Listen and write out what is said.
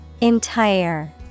Entire